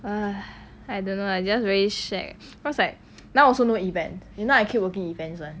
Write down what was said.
I don't know lah just very shag cause like now also no events you know I keep working events [one]